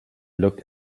looked